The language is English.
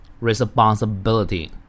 Responsibility